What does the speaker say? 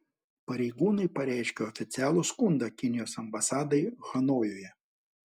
pareigūnai pareiškė oficialų skundą kinijos ambasadai hanojuje